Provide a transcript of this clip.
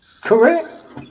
Correct